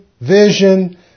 vision